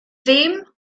ddim